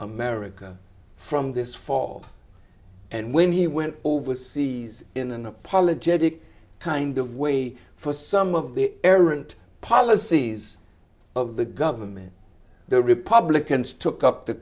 america from this fall and when he went overseas in an apologetic kind of way for some of the errant policies of the government the republicans took up the